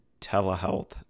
telehealth